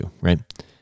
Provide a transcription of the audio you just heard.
right